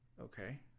Okay